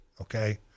okay